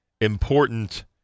important